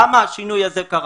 למה השינוי הזה קרה?